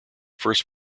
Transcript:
first